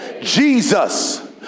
Jesus